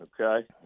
okay